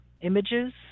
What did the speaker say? images